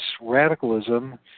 radicalism